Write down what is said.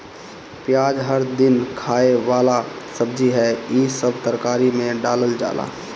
पियाज हर दिन खाए वाला सब्जी हअ, इ सब तरकारी में डालल जाला